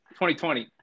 2020